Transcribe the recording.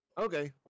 okay